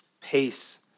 pace